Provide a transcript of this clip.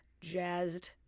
jazzed